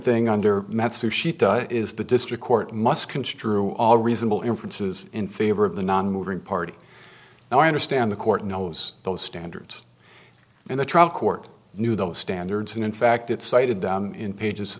thing under met sushi is the district court must construe all reasonable inferences in favor of the nonmoving party and i understand the court knows those standards and the trial court knew those standards and in fact it cited them in pages